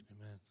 amen